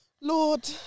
Lord